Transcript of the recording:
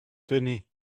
tenez